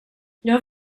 jag